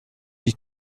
dich